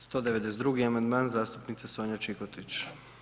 192. amandman, zastupnica Sonja Čikotić.